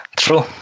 true